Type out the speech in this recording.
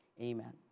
Amen